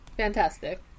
fantastic